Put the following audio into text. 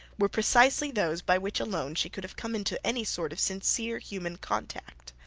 were precisely those by which alone she could have come into any sort of sincere human contact.